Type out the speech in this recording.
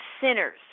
sinners